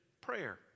prayer